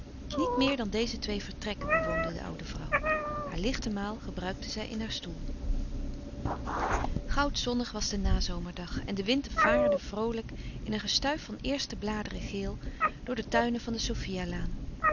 niet meer dan deze twee vertrekken bewoonde de oude vrouw haar lichte maal gebruikte zij in haar stoel goudzonnig was de nazomerdag en de wind vaarde vroolijk in een gestuif van eerste bladeren geel door de tuinen van de sofia laan